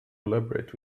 collaborate